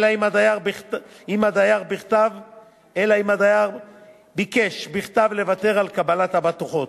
אלא אם הדייר ביקש בכתב לוותר על קבלת הבטוחות.